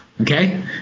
okay